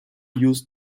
youth